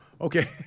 Okay